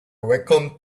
wacom